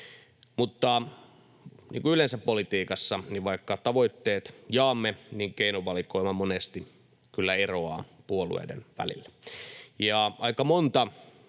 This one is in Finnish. kuin yleensä politiikassa, vaikka tavoitteet jaamme, niin keinovalikoima monesti kyllä eroaa puolueiden välillä.